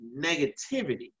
negativity